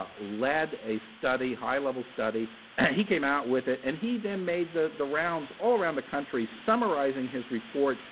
ah led a study high-level study he came out with it. and he then made the the rounds all around the country summarizing his report,